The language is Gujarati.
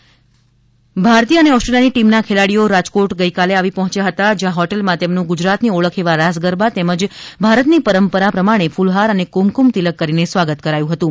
ગઈકાલે ભારતીય અને ઓસ્ટ્રેલિયાની ટીમના ખેલાડીઓ રાજકોટ આવી પહોંચ્યા હતા જ્યાં હોટેલમાં તેમનુ ગુજરાતની ઓળખ એવા રાસ ગરબા તેમજ ભારતની પરંપરા પ્રમાણે ફૂલહાર અને કુમકુમ તિલક કરીને સ્વાગત કરાયું હતું